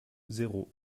zéro